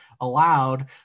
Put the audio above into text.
allowed